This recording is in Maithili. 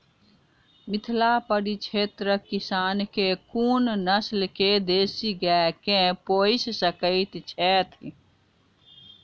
मिथिला परिक्षेत्रक किसान केँ कुन नस्ल केँ देसी गाय केँ पोइस सकैत छैथि?